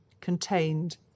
contained